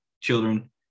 children